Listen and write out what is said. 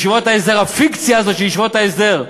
את ישיבות ההסדר,